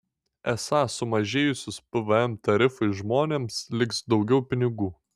esą sumažėjusius pvm tarifui žmonėms liks daugiau pinigų